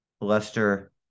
Leicester